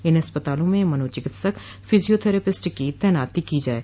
इन अस्पतालों में मनोचिकित्सक फिजियोथेरेपिस्ट की तैनाती की जाये